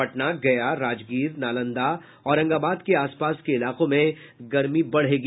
पटना गया राजगीर नालंदा औरंगाबाद के आसपास के इलाके में गर्मी बढ़ेगी